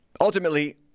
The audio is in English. Ultimately